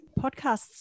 podcasts